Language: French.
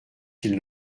qu’il